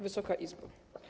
Wysoka Izbo!